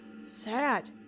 Sad